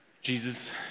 Jesus